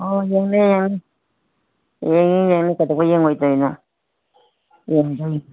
ꯑꯣ ꯌꯦꯡꯅꯤ ꯌꯦꯡꯅꯤ ꯌꯦꯡꯅꯤ ꯌꯦꯡꯅꯤ ꯀꯩꯗꯧꯕꯩ ꯌꯦꯡꯉꯣꯏꯗꯣꯏꯅꯣ ꯌꯦꯡꯗꯣꯏꯅꯤ